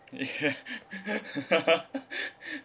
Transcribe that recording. ya